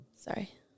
Sorry